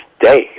day